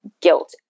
guilt